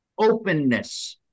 openness